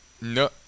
No